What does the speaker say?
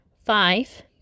five